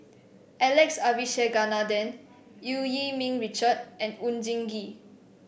Alex Abisheganaden Eu Yee Ming Richard and Oon Jin Gee